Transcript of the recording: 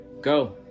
go